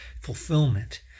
fulfillment